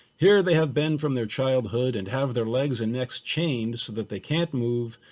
here they have been from their childhood and have their legs and next chain so that they can't move,